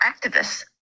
activists